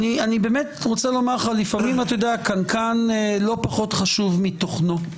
לפעמים הקנקן לא פחות חשוב מתוכנו,